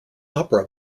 opera